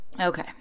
Okay